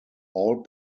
all